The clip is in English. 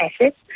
assets